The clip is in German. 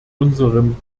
unserem